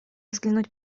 взглянуть